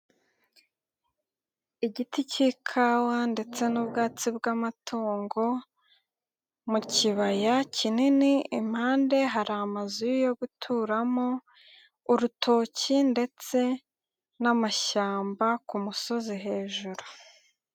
Igiti cy'ikawa ndetse n'ubwatsi bw'amatungo, mu kibaya kinini impande hari amazu yo guturamo, urutoki ndetse, n'amashyamba ku musozi hejuru.